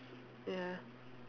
ya